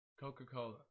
coca-cola